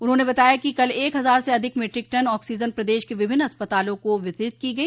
उन्होंने बताया कि कल एक हजार से अधिक मीट्रिक टन ऑक्सीजन प्रदेश के विभिन्न अस्पतालों को वितरित की गई